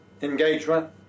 engagement